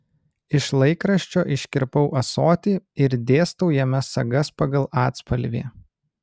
iš laikraščio iškirpau ąsotį ir dėstau jame sagas pagal atspalvį